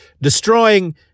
destroying